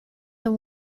the